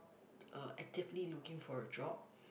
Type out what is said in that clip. uh actively looking for a job